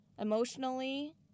emotionally